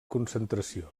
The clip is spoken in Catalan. concentració